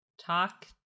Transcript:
Talk